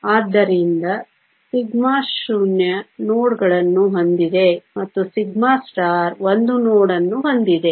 ಆದ್ದರಿಂದ σ ಶೂನ್ಯ ನೋಡ್ಗಳನ್ನು ಹೊಂದಿದೆ ಮತ್ತು σ 1 ನೋಡ್ ಅನ್ನು ಹೊಂದಿದೆ